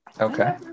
Okay